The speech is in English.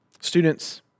Students